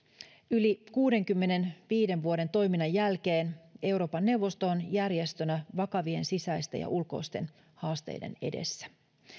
yli kuudenkymmenenviiden vuoden toiminnan jälkeen euroopan neuvosto on järjestönä vakavien sisäisten ja ulkoisten haasteiden edessä